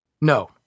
No